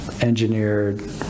engineered